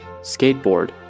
Skateboard